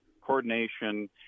coordination